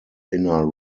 inner